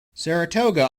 saratoga